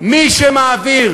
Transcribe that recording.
מי שמעביר